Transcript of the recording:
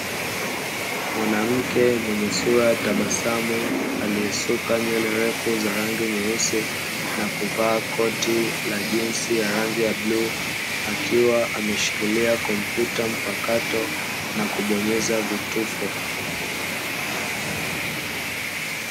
Mwanamke mwenye sura ya tabasamu, aliyesuka nywele refu za rangi nyeusi na kuvaa koti la jinsi ya bluu akiwa ameshikilia kompyuta mpakato na kubonyeza vitufe.